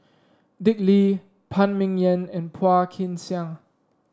Dick Lee Phan Ming Yen and Phua Kin Siang